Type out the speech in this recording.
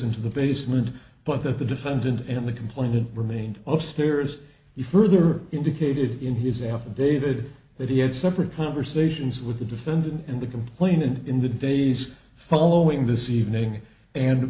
into the basement but that the defendant and the complainant remained of spears he further indicated in his affidavit that he had separate conversations with the defendant and the complainant in the days following this evening and